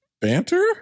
Banter